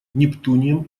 нептунием